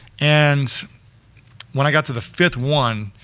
and when i got to the fifth one,